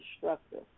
destructive